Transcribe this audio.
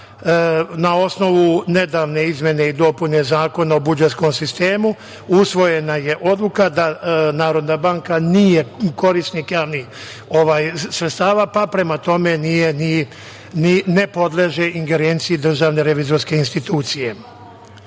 Na osnovu nedavne izmene i dopune Zakona o budžetskom sistemu usvojena je odluka da Narodna banka nije korisnik javnih sredstava, pa prema tome ne podleže ingerenciji Državne revizorske institucije. Što